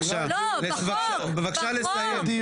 בחוק לעידוד מחקר,